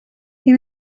και